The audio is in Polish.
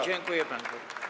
Dziękuję panu.